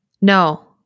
No